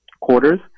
quarters